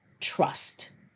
trust